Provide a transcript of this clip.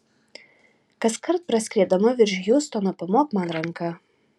kaskart praskriedama virš hjustono pamok man ranka